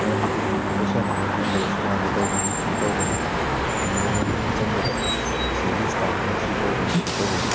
ꯍꯥꯏꯕꯗꯤ ꯄꯦꯁꯦꯟ ꯑꯃ ꯌꯦꯡꯕꯗ ꯁꯨꯃꯥꯏꯅ ꯇꯧꯒꯅꯤ ꯁꯤ ꯇꯧꯒꯅꯤ ꯃꯤ ꯑꯃ ꯃꯤꯡ ꯆꯟꯕꯗ ꯁꯤꯒꯤ ꯏꯁꯇꯥꯞꯁꯤꯅ ꯁꯤ ꯇꯧꯒꯅꯤ ꯁꯤ ꯇꯧꯒꯅꯤ